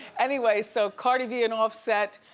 anyway, so cardi b and offset,